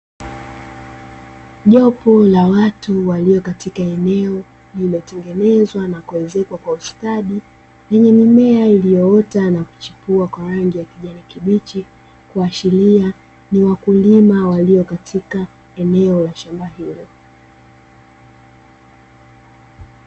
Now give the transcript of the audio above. Jopo la watu waliokatika eneo lililotengenezwa na kuezekwa kwa ustadi lenye mimea iliyoota na kuchipua kwa rangi ya kijani kibichi, kuashiria ni wakulima waliokatika eneo la shamba hilo.